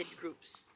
groups